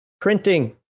printing